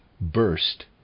burst